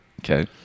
Okay